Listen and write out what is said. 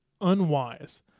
unwise